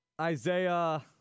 Isaiah